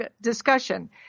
discussion